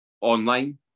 online